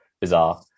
bizarre